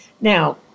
Now